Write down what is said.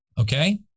okay